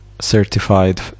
certified